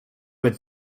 would